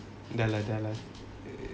dah lah dah lah